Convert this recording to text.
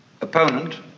opponent